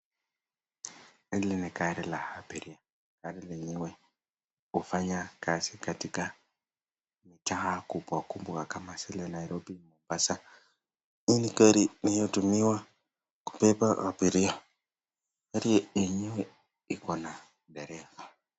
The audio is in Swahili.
Hili ni gari la abiria, gari lenyewe hufanya kazi katika mitaa kubwa kubwa kama vile Nairobi, Mombasa. Hii ni gari inayotumiwa kubeba abiria ,gari yenyewe iko na dereva.